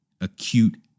acute